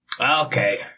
Okay